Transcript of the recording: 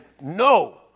no